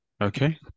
Okay